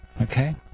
Okay